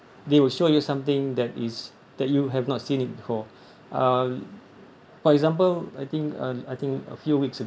they will show you something that is that you have not seen it before uh for example I think uh I think a few weeks